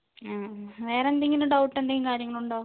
ആ വേറെ എന്തെങ്കിലും ഡൌട്ട് എന്തെങ്കിലും കാര്യങ്ങളുണ്ടോ